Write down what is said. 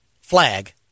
Flag